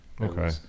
okay